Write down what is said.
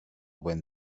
wind